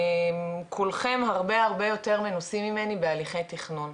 כולכם הרבה יותר מנוסים ממני בהליכי תכנון.